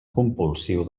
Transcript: compulsiu